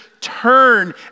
turn